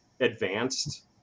advanced